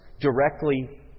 directly